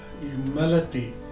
humility